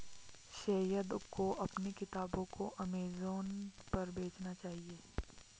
सैयद को अपने किताबों को अमेजन पर बेचना चाहिए